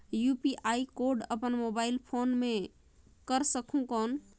UPI code अपन mobile phone मे कर सकहुं कौन?